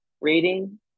rating